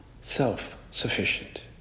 self-sufficient